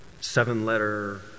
seven-letter